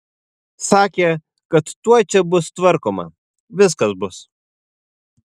sakė kad tuoj čia bus tvarkoma viskas bus